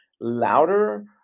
louder